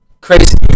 Crazy